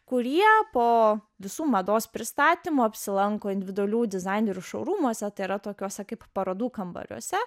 kurie po visų mados pristatymų apsilanko individualių dizainerių šou rūmuose tai yra tokios kaip parodų kambariuose